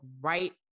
right